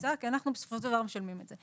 שתבוצע כי הם בסופו של דבר משלמים את זה.